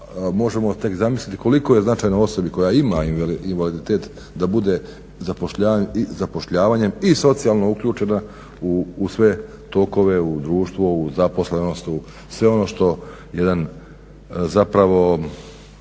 možemo tek zamisliti koliko je značajno osobi koja ima invaliditet da bude i zapošljavanjem i socijalno uključena u sve tokove u društvo, u zaposlenost, u sve ono što jedan zapravo,